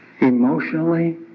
emotionally